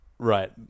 Right